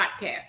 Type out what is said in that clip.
podcast